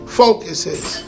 focuses